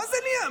מה זה נהיה?